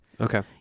Okay